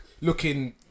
looking